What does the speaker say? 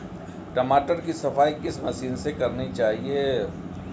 टमाटर की सफाई किस मशीन से करनी चाहिए?